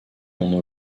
mon